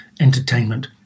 entertainment